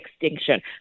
extinction